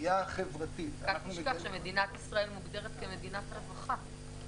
אל תשכח שמדינת ישראל מוגדרת כמדינת רווחה.